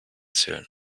zählen